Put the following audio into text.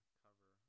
cover